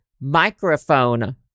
microphone